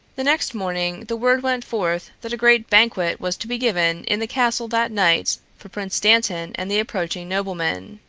the next morning the word went forth that a great banquet was to be given in the castle that night for prince dantan and the approaching noblemen.